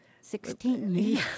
Sixteen